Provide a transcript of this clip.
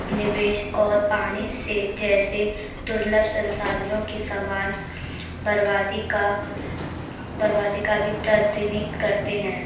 निवेश और पानी से जैसे दुर्लभ संसाधनों की समान बर्बादी का बर्बादी का भी प्रतिनिधित्व करते हैं